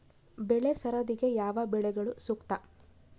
ಬೆಳೆ ಸರದಿಗೆ ಯಾವ ಬೆಳೆಗಳು ಸೂಕ್ತ?